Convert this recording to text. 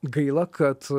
gaila kad